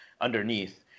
underneath